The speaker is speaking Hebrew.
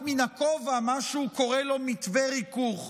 מן הכובע מה שהוא קורא לו "מתווה ריכוך".